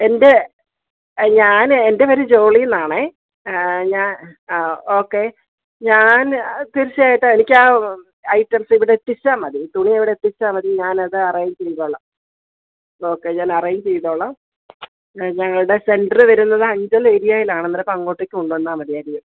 എൻറെ അയ് ഞാൻ എൻ്റെ പേര് ജോളി എന്നാണേ ഞാൻ ഓക്കെ ഞാൻ തീർച്ചയായിട്ടും എനിക്കാ ഐറ്റംസ് ഇവിടെ എത്തിച്ചാൽ മതി തുണി ഇവിടെ എത്തിച്ചാൽ മതി ഞാൻ അത് അറേഞ്ച് ചെയ്തോളാം ഓക്കെ ഞാൻ അറേഞ്ച് ചെയ്തോളാം ഞങ്ങളുടെ സെൻറർ വരുന്നത് അഞ്ചൽ ഏരിയയിലാണ് അന്നേരം അപ്പം അങ്ങോട്ടേക്ക് കൊണ്ടുവന്നാൽ മതി അത്